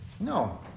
No